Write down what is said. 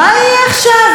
מה תעשה?